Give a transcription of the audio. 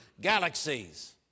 galaxies